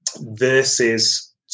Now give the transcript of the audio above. versus